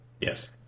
Yes